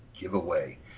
giveaway